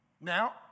Now